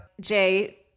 Jay